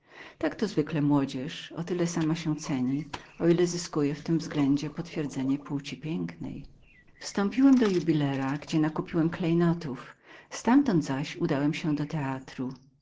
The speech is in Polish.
tak to zwykle młodzież o tyle się sama ceni o ile zyskuje w tym względzie potwierdzenie płci pięknej wstąpiłem do jubilera gdzie nakupiłem sobie klejnotów i ztamtąd udałem się do teatru